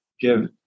give